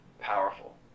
powerful